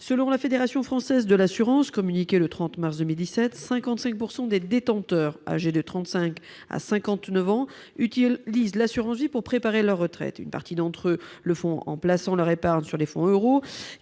de la Fédération française de l'assurance en date du 30 mars 2017, 55 % des détenteurs d'un contrat âgés de 35 à 59 ans utilisent l'assurance vie pour préparer leur retraite. Une partie d'entre eux le font en plaçant leur épargne sur des fonds euro,